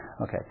Okay